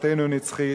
תורתנו היא נצחית.